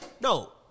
No